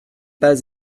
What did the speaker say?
pas